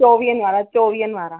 चोवीहनि वारा चोवीहनि वारा